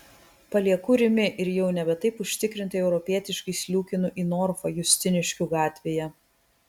palieku rimi ir jau nebe taip užtikrintai europietiškai sliūkinu į norfą justiniškių gatvėje